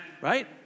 Right